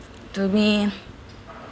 to me